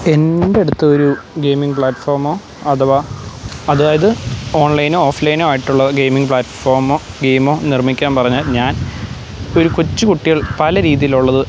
എൻറെ അടുത്തൊരു ഗെയിമിങ്ങ് പ്ലാറ്റ്ഫോമോ അഥവാ അതായത് ഓൺലൈനോ ഓഫ്ലൈനോ ആയിട്ടുള്ള ഗെയിമിങ്ങ് പ്ലാറ്റ്ഫോമോ ഗെയിമോ നിർമ്മിക്കാൻ പറഞ്ഞാൽ ഞാൻ ഒരു കൊച്ചുകുട്ടികൾ പല രീതിയിലുള്ളത്